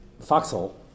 foxhole